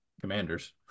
commanders